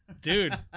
Dude